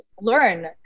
learn